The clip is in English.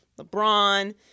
LeBron